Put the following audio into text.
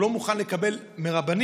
והוא לא מוכן לקבל מרבנים.